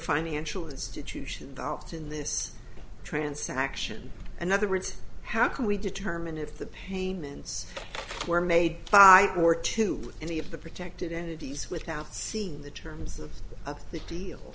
financial institutions out in this transaction and other words how can we determine if the payments were made by or to any of the protected entities without seeing the terms of the deal